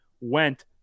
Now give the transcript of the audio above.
went